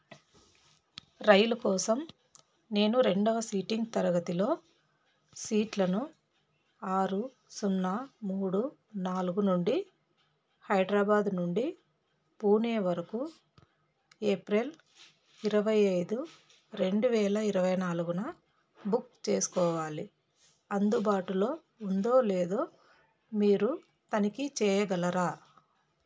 రైలు కోసం నేను రెండవ సీటింగ్ తరగతిలో సీట్లను ఆరు సున్నా మూడు నాలుగు నుండి హైద్రాబాద్ నుండి పూణే వరకు ఏప్రిల్ ఇరవై ఐదు రెండు వేల ఇరవై నాలుగు బుక్ చేసుకోవాలి అందుబాటులో ఉందో లేదో మీరు తనిఖీ చేయగలరా